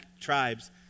tribes